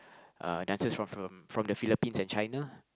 uh dancers from from from the Philippines and China